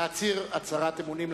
להצהיר הצהרת אמונים.